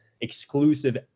exclusive